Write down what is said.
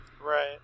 right